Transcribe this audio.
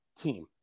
team